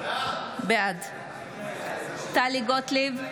בעד טלי גוטליב,